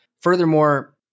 Furthermore